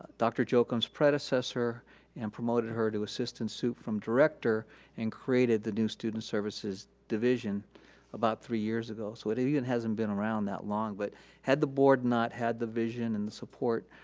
dr. jocham's predecessor and promoted her to assistant sup from director and created the new student services division about three years ago. so it even hasn't been around that long but had the board not had the vision and the support,